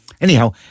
Anyhow